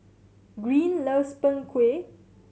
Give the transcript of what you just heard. Greene loves Png Kueh